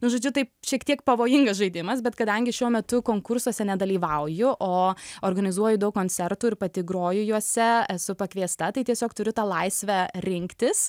nu žodžiu taip šiek tiek pavojingas žaidimas bet kadangi šiuo metu konkursuose nedalyvauju o organizuoju daug koncertų ir pati groju juose esu pakviesta tai tiesiog turiu tą laisvę rinktis